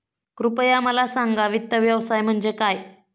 कृपया मला सांगा वित्त व्यवसाय म्हणजे काय?